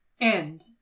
End